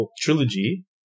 trilogy